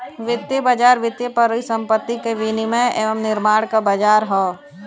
वित्तीय बाज़ार वित्तीय परिसंपत्ति क विनियम एवं निर्माण क बाज़ार हौ